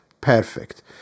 perfect